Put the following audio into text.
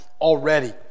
already